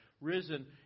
risen